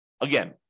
Again